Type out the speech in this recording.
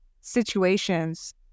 situations